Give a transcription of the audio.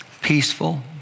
Peaceful